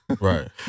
Right